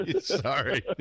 Sorry